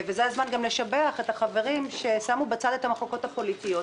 זה הזמן לשבח את החברים ששמו בצד את המחלוקות הפוליטיות,